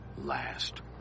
last